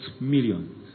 millions